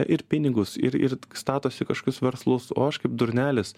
ir pinigus ir ir statosi kažkokius verslus o aš kaip durnelis